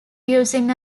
using